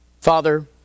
Father